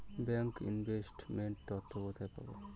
Bank investment তথ্য কোথায় পাব?